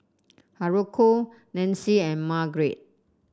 Haruko Nancy and Margrett